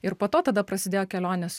ir po to tada prasidėjo kelionės